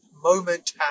moment